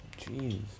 Jeez